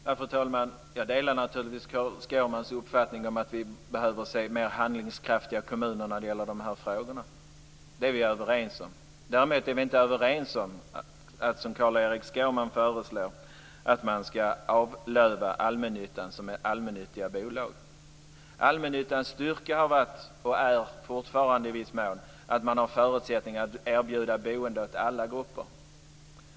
Fru talman! Jag delar naturligtvis Carl-Erik Skårmans uppfattning att vi behöver se mer handlingskraftiga kommuner när det gäller de här frågorna. Det är vi överens om. Däremot är vi inte överens om att, som Carl-Erik Skårman föreslår, man ska avlöva de allmännyttiga bolagen. Allmännyttans styrka har varit och är fortfarande i viss mån att man har förutsättningar att erbjuda boende åt alla grupper.